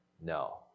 no